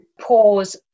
pause